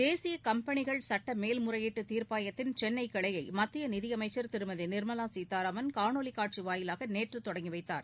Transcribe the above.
தேசிய கம்பெனிகள் சுட்ட மேல்முறையீட்டு தீர்ப்பாயத்தின் சென்னை கிளையை மத்திய நிதியமைச்சர் திருமதி நிர்மலா சீதாராமன் காணொளி காட்சி வாயிலாக நேற்று தொடங்கி வைத்தார்